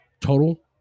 total